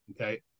okay